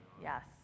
Yes